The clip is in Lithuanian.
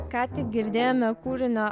ką tik girdėjome kūrinio